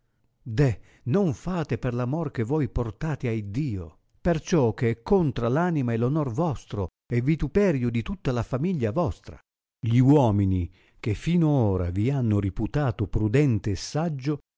deh non fate per l'amor che voi portate a iddio perciò che è contra l anima e r onor vostro e vituperio di tutta la famiglia vostra gli uomini che fino ora vi hanno riputato prudente e saggio